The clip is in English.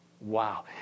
Wow